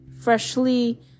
freshly